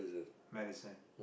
my medicine